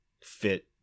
fit